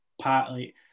partly